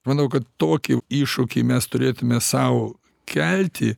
manau kad tokį iššūkį mes turėtume sau kelti